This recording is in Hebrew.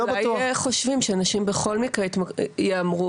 אולי חושבים שאנשים בכל מקרה יהמרו,